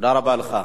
תודה רבה לך.